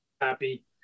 happy